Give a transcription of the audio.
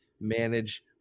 manage